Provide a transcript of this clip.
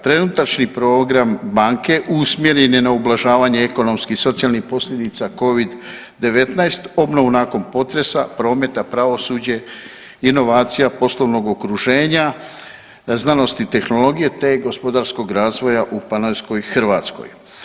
Trenutačni program banke usmjeren je na ublažavanje ekonomskih socijalnih posljedica covid 19, obnovu nakon potresa, prometa, pravosuđe, inovacija poslovnog okruženja, znanosti i tehnologije, te gospodarskog razvoja u panonskoj Hrvatskoj.